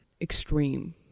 extreme